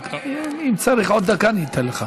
שם,